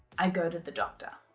i go to the doctor.